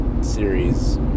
series